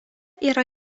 yra